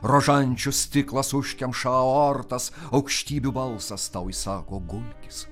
rožančius stiklas užkemša aortas aukštybių balsas tau įsako gulkis